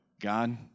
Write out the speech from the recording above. God